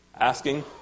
asking